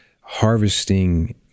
harvesting